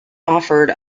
offered